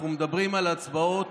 הצעת